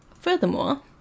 Furthermore